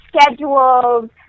schedules